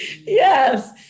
yes